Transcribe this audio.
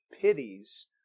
pities